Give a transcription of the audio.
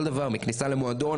כל דבר - מכניסה למועדון,